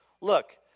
Look